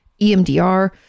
EMDR